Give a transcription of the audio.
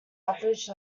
average